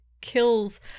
kills